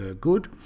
good